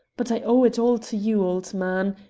but i owe it all to you, old man.